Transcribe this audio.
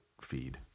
feed